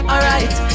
Alright